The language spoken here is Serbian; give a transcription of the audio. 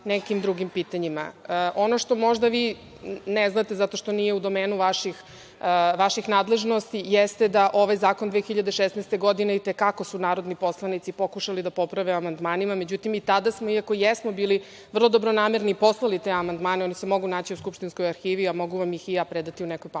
nekim drugim pitanjima. Ono što možda vi ne znate zato što nije u domenu vaših nadležnosti jeste da ovaj zakona 2016. godine i te kako su narodni poslanici pokušali da poprave amandmanima. Međutim, i tada smo iako jesmo bili vrlo dobronamerni poslali te amandmane, oni se mogu naći u skupštinskoj arhivi, a mogu vam ih i ja predati u nekoj pauzi,